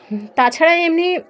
হম তাছাড়া এমনি